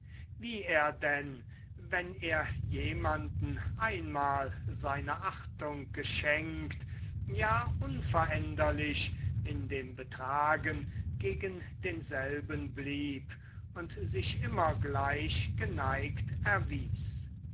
wie er denn wenn er jemanden einmal seine achtung geschenkt ja unveränderlich in dem betragen gegen denselben blieb und sich immer gleich geneigt erwies